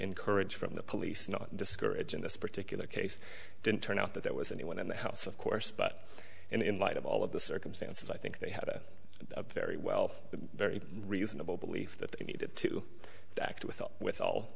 encourage from the police not discourage in this particular case didn't turn out that there was anyone in the house of course but in light of all of the circumstances i think they had it very well but very reasonable belief that they needed to act without with all